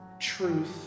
truth